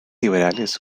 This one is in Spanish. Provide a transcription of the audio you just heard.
liberales